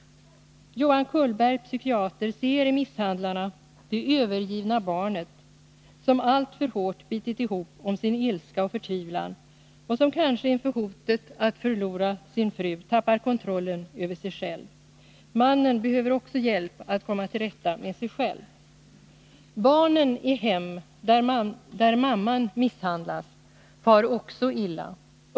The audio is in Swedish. Johan Cullberg, psykiater, ser i misshandlaren det övergivna barnet som alltför hårt har bitit ihop om sin ilska och förtvivlan och som kanske inför 119 hotet att förlora sin fru tappar kontrollen över sig själv. Mannen behöver också hjälp att komma till rätta med sig själv. Barnen i hem där mamman misshandlas far också illa.